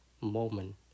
moment